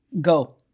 go